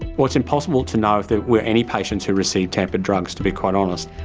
well, it's impossible to know if there were any patients who received tampered drugs, to be quite honest.